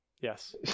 yes